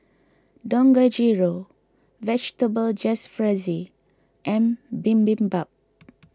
Dangojiru Vegetable Jalfrezi and Bibimbap